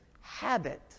habit